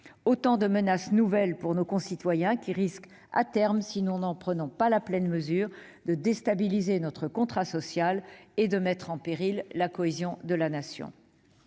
Autant de menaces nouvelles pour nos concitoyens, qui risquent, à terme, si nous n'en prenons pas la pleine mesure, de déstabiliser notre contrat social et de mettre en péril la cohésion de la Nation.